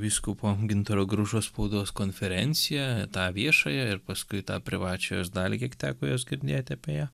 vyskupo gintaro grušo spaudos konferenciją tą viešąją ir paskui tą privačia jos dalį kiek teko juos girdėti apie ją